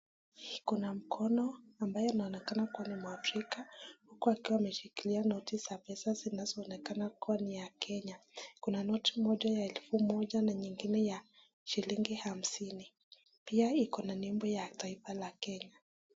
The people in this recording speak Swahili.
Kuna mkono ambayo inaokana kuwa ni mwafrika akiwa ameshikilia noti za pesa zinazoonekana kuwa ni ya Kenya. Kuna noti moja ya elfu moja na nyingine ya shilingi hamsini. Pia iko na nembo ya taifa la Kenya.